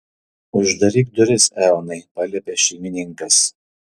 uždaryk duris eonai paliepė šeimininkas